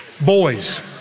Boys